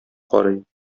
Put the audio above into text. карый